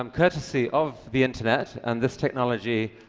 um courtesy of the internet and this technology,